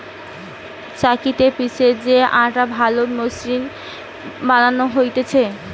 চাক্কিতে পিষে যে আটা ভালো মসৃণ বানানো হতিছে